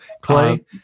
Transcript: Clay